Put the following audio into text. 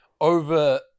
over